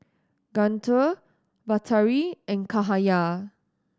Guntur Batari and Cahaya